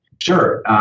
Sure